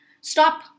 stop